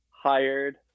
hired